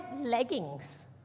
leggings